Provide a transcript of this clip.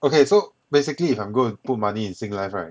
okay so basically you can go and put money in sing life right